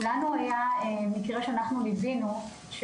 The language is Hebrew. לנו היה מקרה שליווינו,